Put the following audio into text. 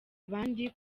abandi